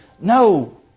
No